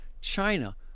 China